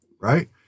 right